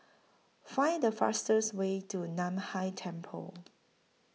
Find The fastest Way to NAN Hai Temple